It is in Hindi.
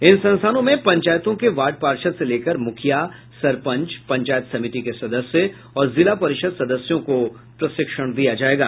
इन संस्थानों में पंचायतों के वार्ड पार्षद से लेकर मुखिया सरपंच पंचायत समिति के सदस्य और जिला परिषद सदस्यों को प्रशिक्षण दिया जायेगा